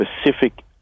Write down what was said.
specific